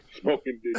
smoking